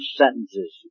sentences